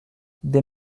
des